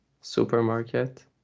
supermarket